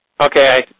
Okay